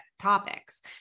topics